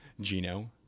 Gino